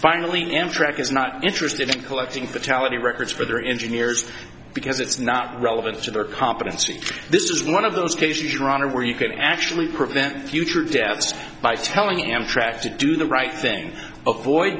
finally amtrak is not interested in collecting fatality records for their engineers because it's not relevant to their competency this is one of those cases your honor where you can actually prevent future deaths by telling amtrak to do the right thing of void